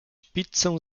pizzę